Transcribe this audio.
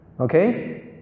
Okay